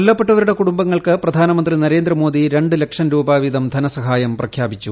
കൊല്ലപ്പെട്ടവരുടെ കുടുംബങ്ങൾക്ക് പ്രധാനമന്ത്രി നരേന്ദ്രമോദി ര ലക്ഷം രൂപ വീതം ധനസഹായം പ്രഖ്യാപിച്ചു